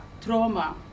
trauma